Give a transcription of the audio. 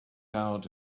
out